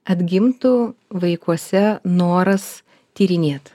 atgimtų vaikuose noras tyrinėt